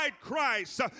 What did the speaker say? Christ